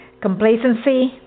complacency